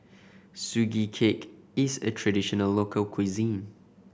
Sugee Cake is a traditional local cuisine